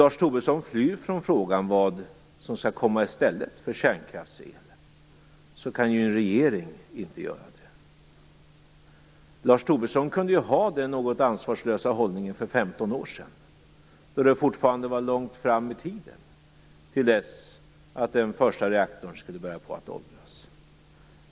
Lars Tobisson flyr från frågan om vad som skall komma i stället för kärnkraftsel. Men en regering kan inte göra det. Lars Tobisson kunde ha denna något ansvarslösa hållning för 15 år sedan, då den första reaktorns påbörjade åldrande fortfarande låg långt fram i tiden.